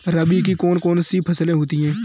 रबी की कौन कौन सी फसलें होती हैं?